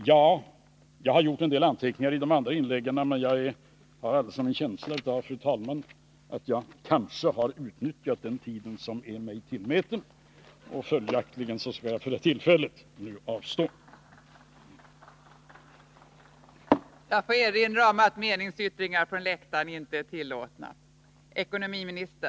Jag har gjort en del anteckningar även om de andra inläggen, men, fru talman, jag har en känsla av att jag kanske har utnyttjat den tid som är mig tillmätt. Följaktligen skall jag för tillfället avstå från att bemöta dem.